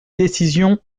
décision